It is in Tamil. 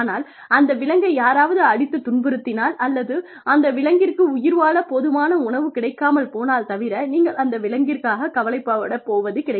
ஆனால் அந்த விலங்கை யாராவது அடித்துத் துன்புறுத்தினால் அல்லது அந்த விலங்கிற்கு உயிர் வாழ போதுமான உணவு கிடைக்காமல் போனால் தவிர நீங்கள் அந்த விலங்கிற்காகக் கவலைப்படப் போவது கிடையாது